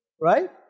Right